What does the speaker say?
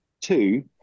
Two